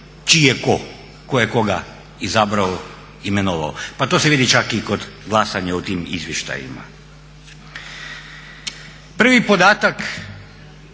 je tko, tko je koga izabrao, imenovao. Pa to se vidi čak i kod glasanja o tim izvještajima. Prvi podatak